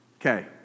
Okay